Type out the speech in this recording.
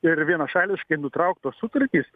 ir vienašališkai nutrauktos sutartys